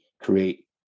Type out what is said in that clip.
create